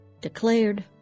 declared